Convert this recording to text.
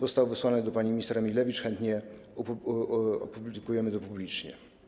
Został wysłany do pani minister Emilewicz, chętnie opublikujemy to publicznie.